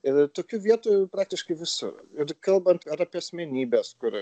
ir tokių vietų praktiškai visur ir kalbant ar apie asmenybes kur